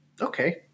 Okay